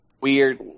weird